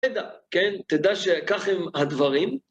תדע, כן? תדע שככה הם הדברים?